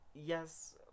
yes